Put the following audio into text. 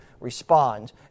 respond